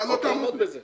אתה לא תעמוד בזה.